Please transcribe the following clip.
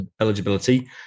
eligibility